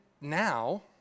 now